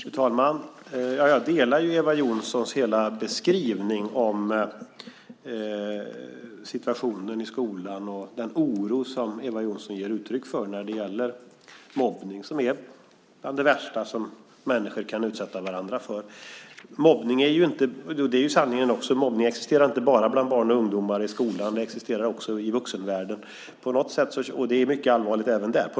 Fru talman! Jag delar Eva Johnssons beskrivning av situationen i skolan och den oro som Eva Johnsson ger uttryck för när det gäller mobbning som är bland det värsta som människor kan utsätta varandra för. Sanningen är att mobbning inte bara existerar bland barn och ungdomar i skolan, utan den existerar också i vuxenvärlden. Det är mycket allvarligt även där.